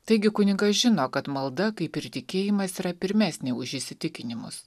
taigi kunigas žino kad malda kaip ir tikėjimas yra pirmesnė už įsitikinimus